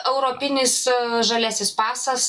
europinis žaliasis pasas